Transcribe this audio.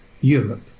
Europe